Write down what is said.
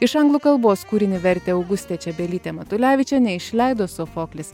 iš anglų kalbos kūrinį vertė augustė čebelytė matulevičienė išleido sofoklis